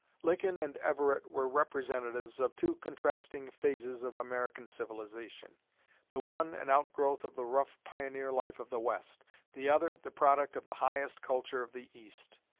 lincoln and everett were representatives of two contrasting phases of american civilization the one, an outgrowth of the rough pioneer life of the west the other, the product of the highest culture of the east.